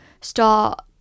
start